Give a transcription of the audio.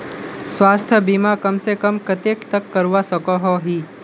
स्वास्थ्य बीमा कम से कम कतेक तक करवा सकोहो ही?